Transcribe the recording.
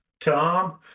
Tom